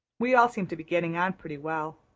we all seem to be getting on pretty well.